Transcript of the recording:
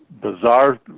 Bizarre